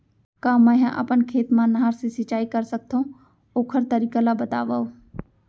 का मै ह अपन खेत मा नहर से सिंचाई कर सकथो, ओखर तरीका ला बतावव?